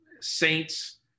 Saints